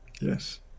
yes